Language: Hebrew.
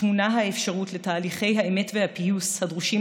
טמונה האפשרות לתהליכי האמת והפיוס הדרושים